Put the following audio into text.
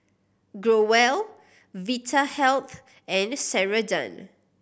Growell Vitahealth and Ceradan